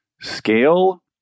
scale